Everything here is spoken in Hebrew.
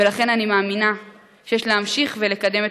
ולכן אני מאמינה שיש להמשיך ולקדם את